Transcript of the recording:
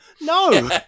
No